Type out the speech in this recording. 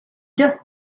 just